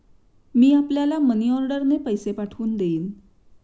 मी आपल्याला मनीऑर्डरने पैसे पाठवून देईन